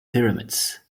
pyramids